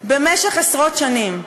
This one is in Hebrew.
במשך עשרות שנים?